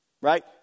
Right